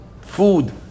food